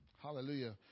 Hallelujah